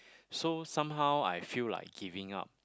so somehow I feel like giving up